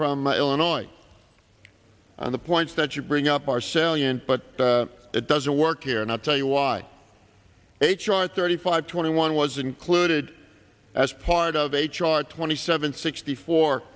from illinois on the points that you bring up are salient but it doesn't work here and i'll tell you why h r thirty five twenty one was included as part of h r twenty seven sixty four